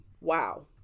Wow